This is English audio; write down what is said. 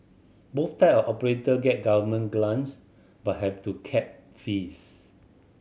both type of operator get government grants but have to cap fees